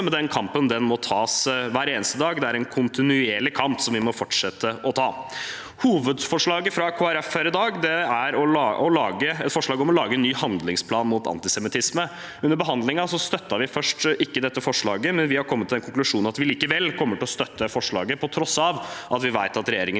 men den kampen må tas hver eneste dag. Det er en kontinuerlig kamp vi må fortsette å ta. Hovedforslaget fra Kristelig Folkeparti er et forslag om å lage en ny handlingsplan mot antisemittisme. Under behandlingen støttet vi først ikke dette, men vi har kommet til den konklusjonen at vi likevel kommer til å støtte forslaget, på tross av at vi vet regjeringen